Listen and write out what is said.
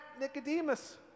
Nicodemus